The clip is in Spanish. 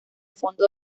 fondo